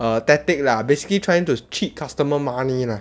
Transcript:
tactic lah basically trying to cheat customer money lah